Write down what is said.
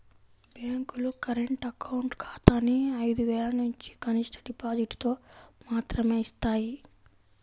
బ్యేంకులు current account ఖాతాని ఐదు వేలనుంచి కనిష్ట డిపాజిటుతో మాత్రమే యిస్తాయి